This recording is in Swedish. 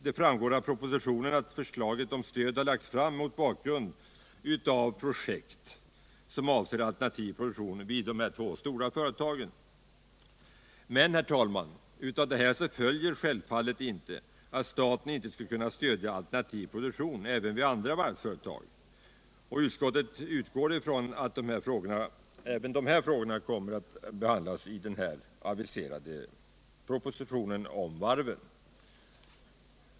Det framgår av propositionen att förslaget om stöd har lagts fram mot bakgrund av projekt som avser alternativ produktion vid de två stora företagen. Men, herr talman, av detta följer självfallet inte att staten inte skulle kunna stödja alternativ produktion även vid andra varvsföretag. Utskottet utgår ifrån att även de här frågorna kommer att behandlas i den aviserade propositionen om varven.